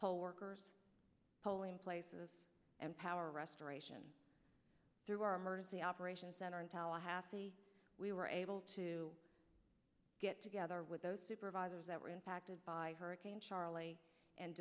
poll workers polling places and power restoration through our emergency operations center in tallahassee we were able to get together with those supervisors that were impacted by hurricane charley and